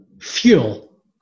Fuel